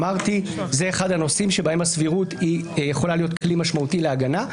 זה אחד הנושאים שבהם הסבירות יכולה להיות כלי משמעותי להגנה,